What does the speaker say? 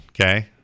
Okay